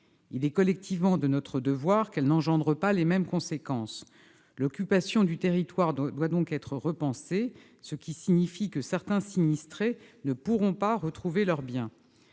il est collectivement de notre devoir qu'elles n'engendrent pas les mêmes conséquences. L'occupation du territoire doit donc être repensée, ce qui signifie que certains sinistrés ne pourront pas retrouver leurs biens.